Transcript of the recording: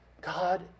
God